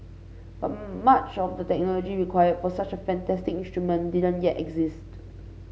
but much of the technology required for such a fantastic instrument didn't yet exist